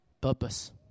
purpose